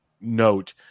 note